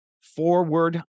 Forward